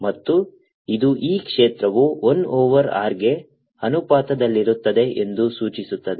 ಮತ್ತು ಇದು E ಕ್ಷೇತ್ರವು 1 ಓವರ್ r ಗೆ ಅನುಪಾತದಲ್ಲಿರುತ್ತದೆ ಎಂದು ಸೂಚಿಸುತ್ತದೆ